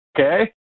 Okay